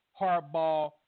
hardball